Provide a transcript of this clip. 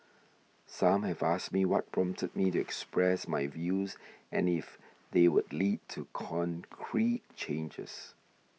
some have asked me what prompted me to express my views and if they would lead to concrete changes